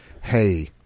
Hey